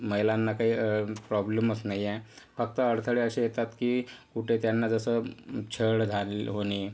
महिलांना काही प्रॉब्लेमच नाही आहे फक्त अडथळे असे येतात की कुठे त्यांना जसं छळघाल होणे